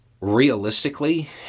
Realistically